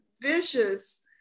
vicious